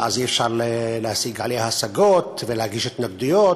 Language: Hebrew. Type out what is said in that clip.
ואז אי-אפשר להשיג עליה השגות ולהגיש התנגדויות,